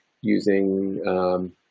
using